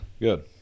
Good